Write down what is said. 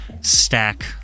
stack